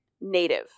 native